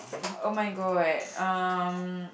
oh-my-god um